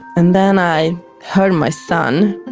and then i heard my son.